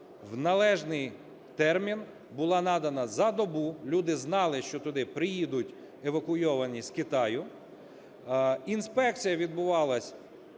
в належний термін була надана за добу, люди знали, що туди приїдуть евакуйовані з Китаю. Інспекція відбувалась